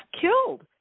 killed